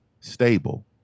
stable